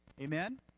Amen